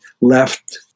left